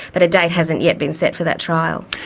but a date hasn't yet been set for that trial.